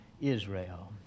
Israel